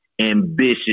ambitious